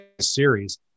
series